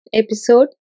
episode